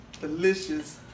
delicious